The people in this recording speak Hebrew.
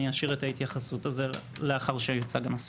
אני אשאיר את ההתייחסות לזה לאחר שהנושא יוצג.